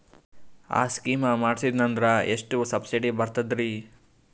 ಆ ಸ್ಕೀಮ ಮಾಡ್ಸೀದ್ನಂದರ ಎಷ್ಟ ಸಬ್ಸಿಡಿ ಬರ್ತಾದ್ರೀ?